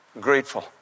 grateful